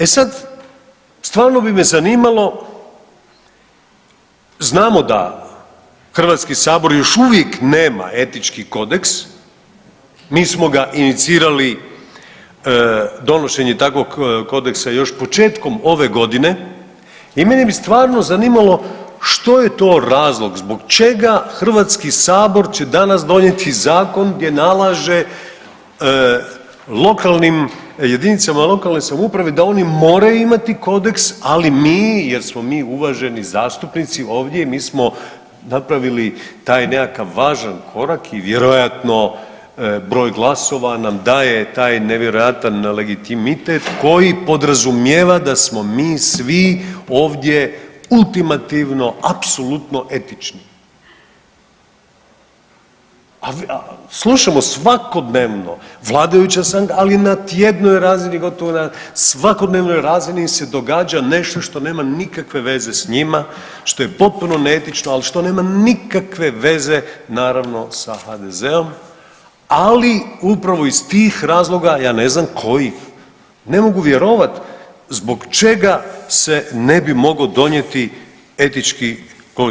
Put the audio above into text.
E sad, stvarno bi me zanimalo, znamo da HS još uvijek nema etički kodeks, mi smo ga inicirali, donošenje takvog kodeksa još početkom ove godine i mene bi stvarno zanimalo što je to razlog, zbog čega HS će danas donijeti zakon gdje nalaže lokalnim, JLS-ovima da oni moraju imati kodeks, ali mi jer smo mi uvaženi zastupnici ovdje i mi smo napravili taj nekakav važan korak i vjerojatno broj glasova nam daje taj nevjerojatan legitimitet koji podrazumijeva da smo mi svi ovdje ultimativno apsolutno etični, a slušamo svakodnevno vladajuća … [[Govornik se ne razumije]] ali na tjednoj razini, gotovo na svakodnevnoj razini se događa nešto što nema nikakve veze s njima, što je potpuno neetično, al što nema nikakve veze naravno sa HDZ-om, ali upravo iz tih razloga ja ne znam kojih, ne mogu vjerovat zbog čega se ne bi mogao donijeti etički kodeks.